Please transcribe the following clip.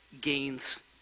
gains